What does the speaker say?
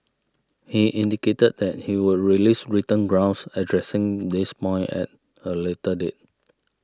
he indicated that he would release written grounds addressing this point at a later date